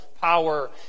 power